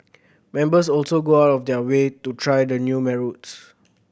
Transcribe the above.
members also go out of their way to try the new my routes